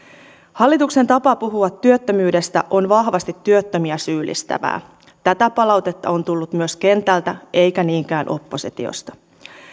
hallituksen tapa puhua työttömyydestä on vahvasti työttömiä syyllistävää tätä palautetta on tullut myös kentältä eikä niinkään oppositiosta